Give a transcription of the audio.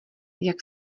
jak